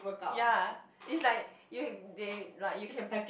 ya it's like you they like you can